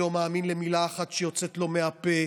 מתברר שאף אחד לא מבין את